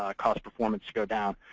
ah cause performance to go down.